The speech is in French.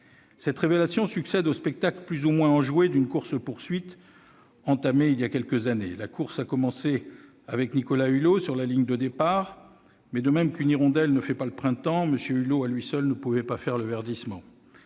Cette révélation succède au spectacle plus ou moins réjouissant d'une course-poursuite entamée voilà quelques années. La course a commencé avec Nicolas Hulot sur la ligne de départ, mais, de même qu'une hirondelle ne fait pas le printemps, M. Hulot à lui seul ne pouvait pas faire le verdissement.